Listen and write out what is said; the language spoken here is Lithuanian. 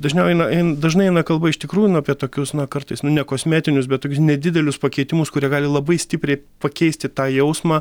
dažniau eina ein dažnai eina kalba iš tikrųjų na apie tokius na kartais nu ne kosmetinius bet nedidelius pakeitimus kurie gali labai stipriai pakeisti tą jausmą